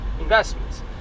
investments